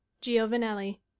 Giovanelli